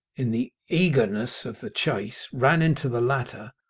in the eagerness of the chase, ran into the latter,